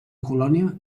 colònia